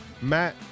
Matt